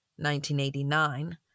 1989